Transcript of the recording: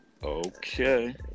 Okay